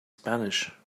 spanish